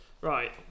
Right